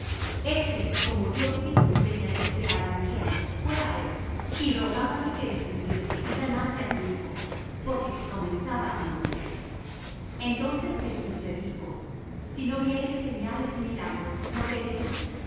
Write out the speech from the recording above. este como oyó que jesús venía de judea á galilea fué á él y rogábale que descendiese y sanase á su hijo porque se comenzaba á morir entonces jesús le dijo si no viereis señales y milagros no creeréis